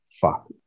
Fuck